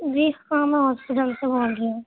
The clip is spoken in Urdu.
جی ہاں میں ہاسپٹل سے بول رہی ہوں